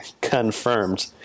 confirmed